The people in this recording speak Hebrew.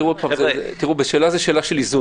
זו שאלה של איזון.